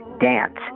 dance